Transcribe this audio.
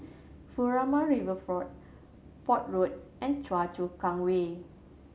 Furama Riverfront Port Road and Choa Chu Kang Way